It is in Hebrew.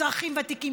אזרחים ותיקים,